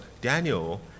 Daniel